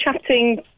chatting